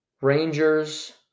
Rangers